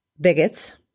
bigots